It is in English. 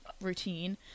routine